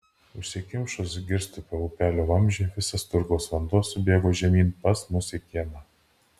užsikimšus girstupio upelio vamzdžiui visas turgaus vanduo subėgo žemyn pas mus į kiemą